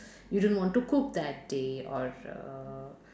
you don't want to cook that day or err